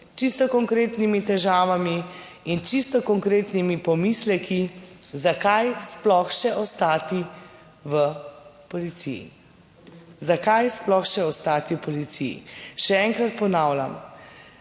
čisto konkretnimi težavami in čisto konkretnimi pomisleki zakaj sploh še ostati v policiji, zakaj sploh še ostati v policiji. Še enkrat ponavljam,